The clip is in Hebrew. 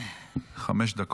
תודה.